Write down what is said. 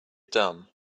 dumb